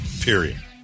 period